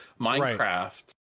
Minecraft